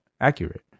accurate